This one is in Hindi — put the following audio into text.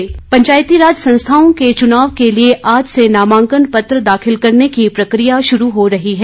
पंचायत चुनाव पंचायती राज संस्थाओं के चुनाव के लिए आज से नामांकन पत्र दाखिल करने की प्रक्रिया शुरू हो रही है